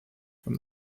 from